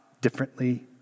differently